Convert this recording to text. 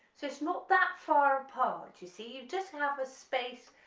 so it's not that far apart you see you just have a space